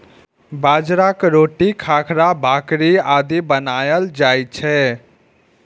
बाजरा के रोटी, खाखरा, भाकरी आदि बनाएल जाइ छै